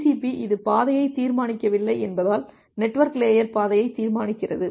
TCP இது பாதையை தீர்மானிக்கவில்லை என்பதால் நெட்வொர்க் லேயர் பாதையை தீர்மானிக்கிறது